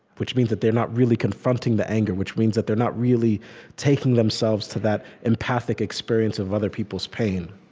which means that they're not really confronting the anger, which means that they're not really taking themselves to that empathic experience of other people's pain